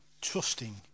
trusting